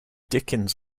dickens